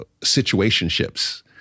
situationships